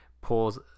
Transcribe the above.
pulls